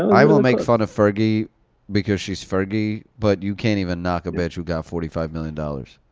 i will make fun of fergie because she's fergie. but you can't even knock a bitch who's got forty five million dollars.